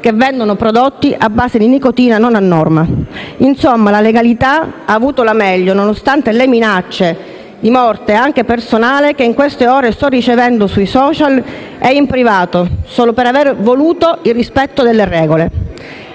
che vendono prodotti a base di nicotina non a norma. Insomma, la legalità ha avuto la meglio nonostante le minacce, anche di morte e anche personali, che in queste ore sto ricevendo sui *social* e in privato solo per aver voluto il rispetto delle regole